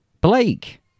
Blake